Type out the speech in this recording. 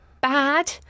bad